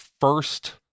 first